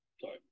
Sorry